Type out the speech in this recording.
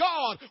God